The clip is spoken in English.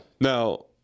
Now